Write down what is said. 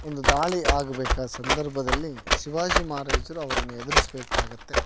ಒಂದು ದಾಳಿ ಆಗ್ಬೇಕಾದ ಸಂದರ್ಭದಲ್ಲಿ ಶಿವಾಜಿ ಮಹಾರಾಜರು ಅವರನ್ನ ಎದ್ರಿಸಬೇಕಾಗುತ್ತೆ